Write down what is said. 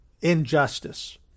injustice